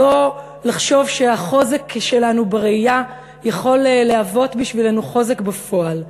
לא לחשוב שהחוזק שלנו בראייה יכול להוות בשבילנו חוזק בפועל.